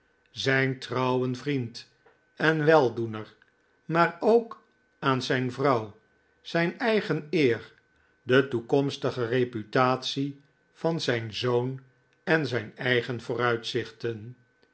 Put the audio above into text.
zijn trouwen vriend en weldoener maar ook aan zijn vrouw zijn eigen eer de toekomstige reputatie van zijn zoon en zijn eigen vooruitzichten